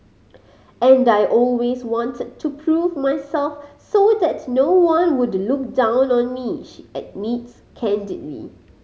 and I always wanted to prove myself so that no one would look down on me she admits candidly